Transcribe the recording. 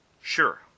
Sure